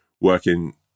working